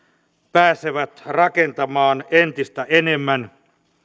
pääsevät rakentamaan entistä enemmän